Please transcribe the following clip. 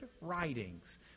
writings